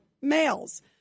males